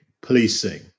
policing